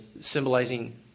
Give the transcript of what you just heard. symbolizing